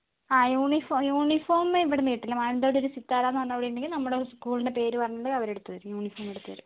ആ uniform uniform ഇവിടെ നിന്ന് കിട്ടില്ല മാനന്തവാടി ഒരു സിത്താരയെന്ന് പറഞ്ഞ അവിടെ ഉണ്ടെങ്കിൽ നമ്മുടെ സ്കൂളിൻ്റെ പേര് പറഞ്ഞിട്ടുണ്ടെങ്കിൽ അവർ എടുത്തു തരും യൂണിഫോം എടുത്തു തരും